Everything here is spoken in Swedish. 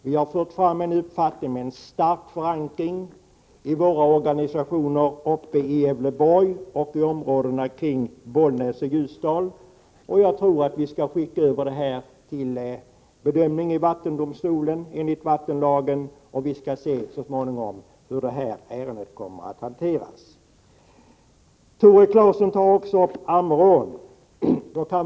Vi har fört fram en uppfattning med stark förankring i våra organisationer uppe i Gävleborgs län, i områdena kring Bollnäs och Ljusdal. Vi skall skicka över förslaget för bedömning i vattendomstolen enligt vattenlagen, och vi får så småningom se hur ärendet kommer att hanteras. Tore Claeson tog också upp frågan om Ammerån.